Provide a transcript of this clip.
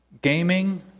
gaming